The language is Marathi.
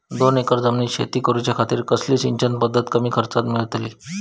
दोन एकर जमिनीत शेती करूच्या खातीर कसली सिंचन पध्दत कमी खर्चात मेलतली?